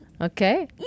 Okay